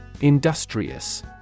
Industrious